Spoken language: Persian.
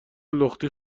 لختی